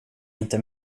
inte